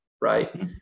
right